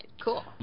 Cool